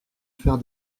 faire